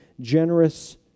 generous